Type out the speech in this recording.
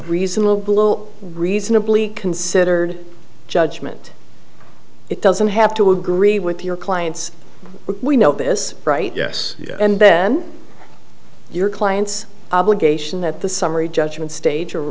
reasonable reasonably considered judgment it doesn't have to agree with your client's we know this right yes and then your client's obligation that the summary judgment stage or